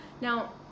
Now